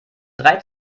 drei